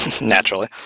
naturally